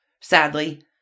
Sadly